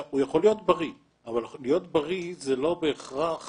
הוא יכול להיות בריא, אבל להיות בריא זה לא בהכרח